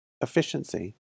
efficiency